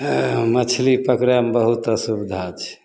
मछली पकड़ैमे बहुत असुविधा छै